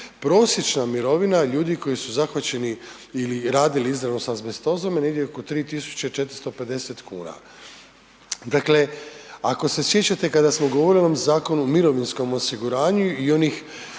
Prosječna mirovina ljudi koji su zahvaćeni ili radili izravno s azbestozom je negdje oko 3.450,00 kn. Dakle, ako se sjećate kada smo govorili o ovom Zakonu o mirovinskom osiguranju i onih